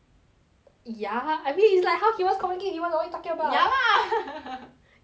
ya I mean it's like how humans communicate what are you talking about ya lah you are the 狗